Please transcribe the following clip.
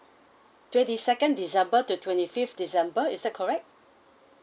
twenty second december to twenty fifth december is that correct